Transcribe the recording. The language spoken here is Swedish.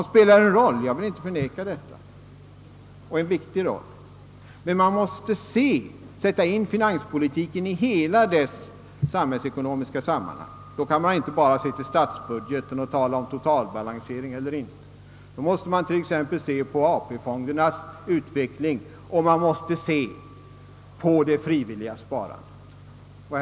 Finanspolitiken spelar — jag vill inte förneka det — en viktig roll, men man måste sätta in den i det samhällsekonomiska sammanhanget, och då kan man inte bara se till statsbudgeten och om den är totalbalanserad eller inte, utan då måste man t.ex. se på AP-fondernas utveckling och ta hänsyn till det frivilliga sparandet.